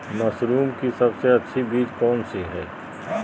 Mushroom की सबसे अच्छी बीज कौन सी है?